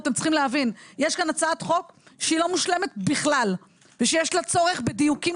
יש כאן הצעת חוק שהיא לא מושלמת בכלל ושיש לה צורך בדיוקים